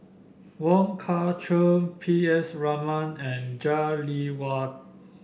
Wong Kah Chun P S Raman and Jah Lelawati